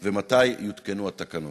3. מתי יותקנו התקנות?